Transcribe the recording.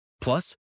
Plus